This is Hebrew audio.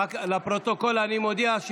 לפרוטוקול אני מודיע,